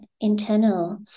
internal